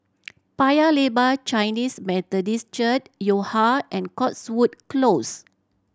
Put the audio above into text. Paya Lebar Chinese Methodist Church Yo Ha and Cotswold Close